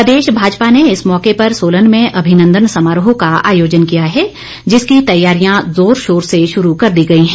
प्रदेश भाजपा ने इस मौके पर सोलन में अभिनंदन समारोह का आयोजन किया है जिसकी तैयारियां जोर शोर से शुरू कर दी गई हैं